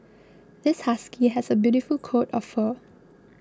this husky has a beautiful coat of fur